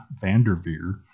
Vanderveer